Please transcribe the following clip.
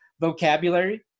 vocabulary